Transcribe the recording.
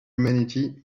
humanity